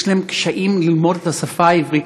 יש להן קשיים בלימוד השפה העברית,